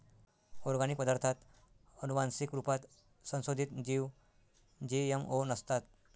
organic पदार्ताथ आनुवान्सिक रुपात संसोधीत जीव जी.एम.ओ नसतात